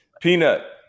Peanut